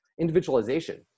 individualization